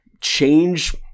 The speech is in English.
change